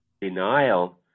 denial